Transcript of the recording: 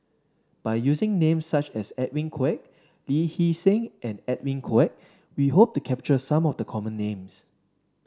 by using names such as Edwin Koek Lee Hee Seng and Edwin Koek we hope to capture some of the common names